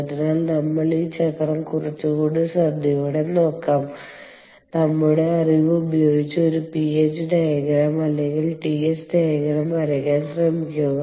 അതിനാൽ നമുക്ക് ഈ ചക്രം കുറച്ചുകൂടി ശ്രദ്ധയോടെ നോക്കാം നമ്മുടെ അറിവ് ഉപയോഗിച്ച് ഒരു PH ഡയഗ്രം അല്ലെങ്കിൽ TS ഡയഗ്രം വരയ്ക്കാൻ ശ്രമിക്കുക